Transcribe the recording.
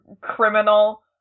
criminal